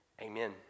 Amen